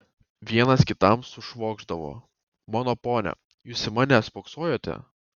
vienas kitam sušvokšdavo mano pone jūs į mane spoksojote